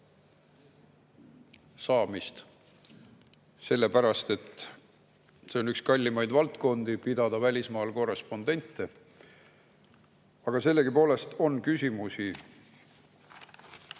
saamist, sellepärast et see on üks kalleimaid valdkondi, pidada välismaal korrespondente, aga sellegipoolest on küsimusi